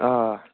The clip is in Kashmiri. آ